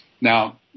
Now